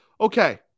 Okay